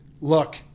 look